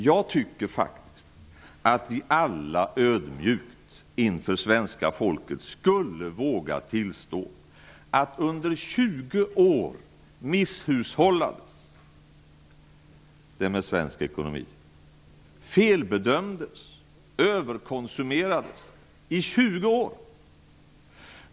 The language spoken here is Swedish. Jag tycker faktiskt att vi alla ödmjukt inför svenska folket skulle våga tillstå att under 20 år misshushållades det med svensk ekonomi. Det felbedömdes och överkonsumerades i 20 år.